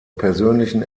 persönlichen